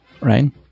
Right